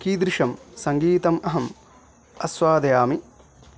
कीदृशं सङ्गीतम् अहम् आस्वादयामि